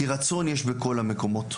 כי רצון יש בכל המקומות.